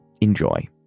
Enjoy